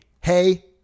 hey